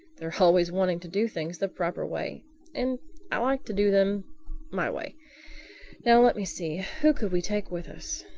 they're always wanting to do things the proper way and i like to do them my way now let me see who could we take with us?